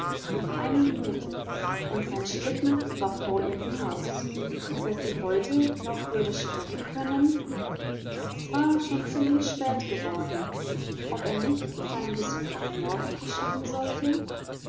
noch eine minute und sein schlitten war vor ihrem haus ob er sie heute noch würde sprechen können es war schon ziemlich spät geworden ob er nicht seinen besuch auf morgen aufschieben sollte